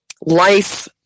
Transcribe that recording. life